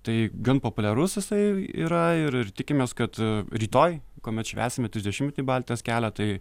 tai gan populiarus jisai yra ir ir tikimės kad rytoj kuomet švęsime trisdešimtmetį baltijos kelio tai